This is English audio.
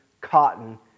cotton